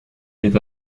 est